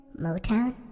Motown